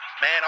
Man